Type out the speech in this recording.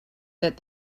that